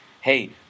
hey